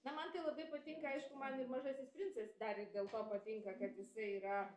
na man tai labai patinka aišku man ir mažasis princas dar ir dėl ko patinka kad jisai yra